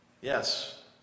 yes